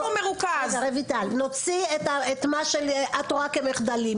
נוציא את מה שאת רואה כמחדלים,